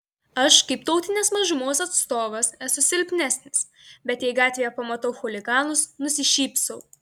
aš kaip tautinės mažumos atstovas esu silpnesnis bet jei gatvėje pamatau chuliganus nusišypsau